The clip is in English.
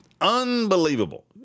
unbelievable